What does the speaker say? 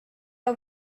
our